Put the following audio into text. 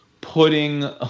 putting